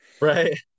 Right